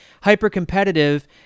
hyper-competitive